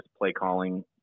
play-calling